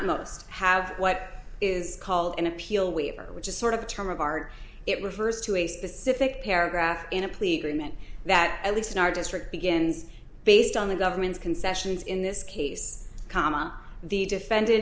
must have what is called an appeal waiver which is sort of a term of art it refers to a specific paragraph in a plea agreement that at least in our district begins based on the government's concessions in this case comma the defendant